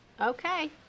Okay